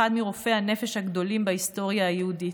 אחד מרופאי הנפש הגדולים בהיסטוריה היהודית,